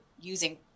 using